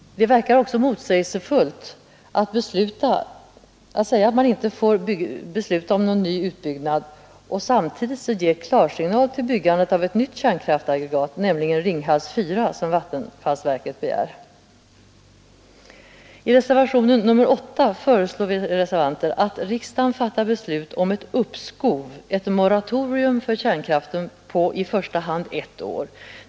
Det verkar också motsägelsefullt att bestämma att man inte får besluta om ny utbyggnad och samtidigt ge klarsignal för byggandet av ett nytt kärnkraftaggregat, nämligen Ringhals 4, som vattenfallsverket begär. I reservationen 8 föreslår vi att riksdagen fattar beslut om ett uppskov för kärnkraften på i första hand ett år.